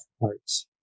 parts